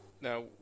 Now